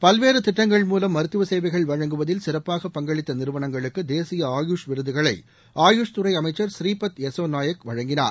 பல்வேறு திட்டங்கள் மூலம் மருத்துவச்சேவைகள் வழங்குவதில் சிறப்பான பங்களித்த நிறுவனங்களுக்கு தேசிய ஆயூஷ் விருதுகளை ஆயூஷ் துறை அமைச்சர் திரு ஸ்ரீபாத் எஸ்சோ நாயக் வழங்கினார்